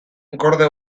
gorde